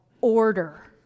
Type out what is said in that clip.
order